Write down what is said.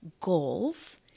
goals